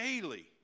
daily